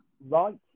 right